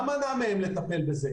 מה מנע מהם לטפל בזה?